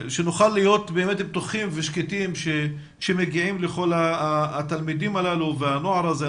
שנוכל להיות באמת בטוחים ושקטים שמגיעים לכל התלמידים הללו והנוער הזה.